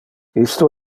isto